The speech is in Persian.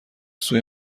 سوی